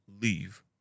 leave